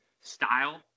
style